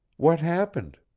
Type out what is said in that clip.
what happened?